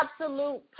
absolute